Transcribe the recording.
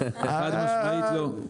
חד-משמעית לא.